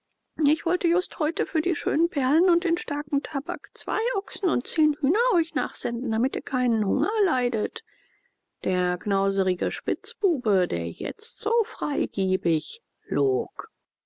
ich wollte just heute für die schönen perlen und den starken tabak zwei ochsen und zehn hühner euch nachsenden damit ihr keinen hunger leidet der knauserige spitzbube der jetzt so freigebig log